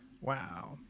Wow